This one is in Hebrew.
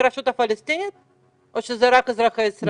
הרשות הפלסטינית או שזה רק אזרחי ישראל?